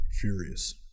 furious